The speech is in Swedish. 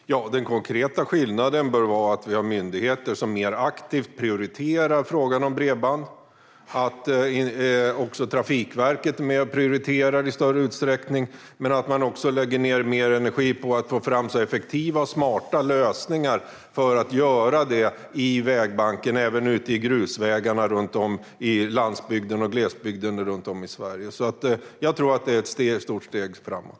Herr talman! Den konkreta skillnaden bör bli att vi har myndigheter som mer aktivt prioriterar frågan om bredband. Trafikverket är också med och prioriterar i större utsträckning, och man lägger mer energi på att få fram effektiva och smarta lösningar för att bygga bredband i vägbanken, även ute i grusvägarna på landsbygden och i glesbygden runt om i Sverige. Jag tror alltså att det är ett stort steg framåt.